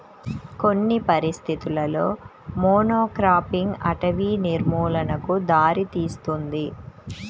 కొన్ని పరిస్థితులలో మోనోక్రాపింగ్ అటవీ నిర్మూలనకు దారితీస్తుంది